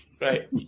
Right